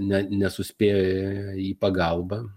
ne nesuspėjo į pagalbą